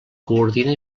coordina